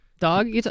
Dog